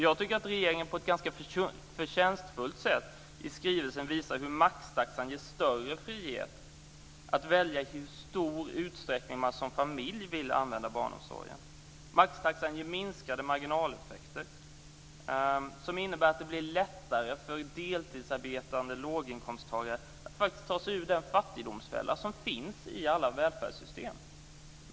Jag tycker att regeringen på ett ganska förtjänstfullt sätt i skrivelsen visar hur maxtaxan ger större frihet att välja i hur stor utsträckning man som familj vill använda barnomsorgen. Maxtaxan ger minskade marginaleffekter som innebär att det blir lättare för deltidsarbetande låginkomsttagare att ta sig ur den fattigdomsfälla som finns i alla välfärdssystem.